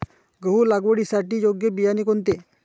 गहू लागवडीसाठी योग्य बियाणे कोणते?